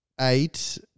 eight